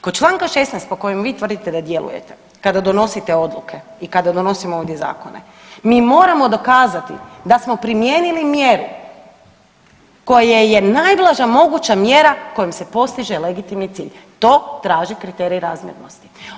Kod čl. 16. po kojem vi tvrdite da djelujete kada donosite odluke i kada donosimo ovdje zakone mi moramo dokazati da smo primijenili mjeru koja je najblaža moguća mjera kojom se postiže legitimni cilj, to traži kriterij razmjernosti.